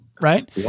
Right